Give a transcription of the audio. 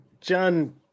John